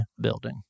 building